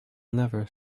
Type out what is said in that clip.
never